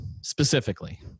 specifically